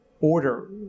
order